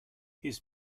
his